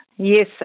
Yes